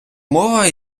мова